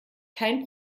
kein